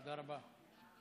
תודה רבה.